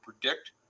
predict